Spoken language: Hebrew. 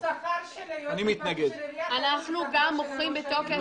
גם אנחנו מוחים בתוקף.